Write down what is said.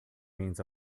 means